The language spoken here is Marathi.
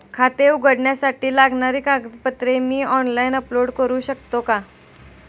खाते उघडण्यासाठी लागणारी कागदपत्रे मी ऑनलाइन अपलोड करू शकतो का?